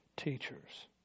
teachers